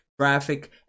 traffic